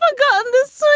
ah goodness,